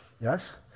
yes